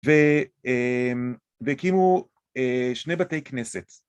והקימו שני בתי כנסת